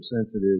sensitive